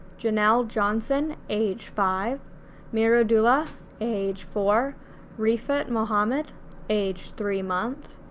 janelle johnson age five mirudula age four rifat mohammed age three months,